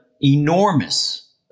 enormous